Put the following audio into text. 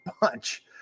bunch